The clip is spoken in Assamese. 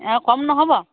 কম নহ'ব